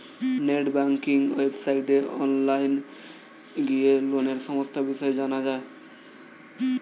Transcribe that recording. net banking ওয়েবসাইটে online গিয়ে লোনের সমস্ত বিষয় জানা যায়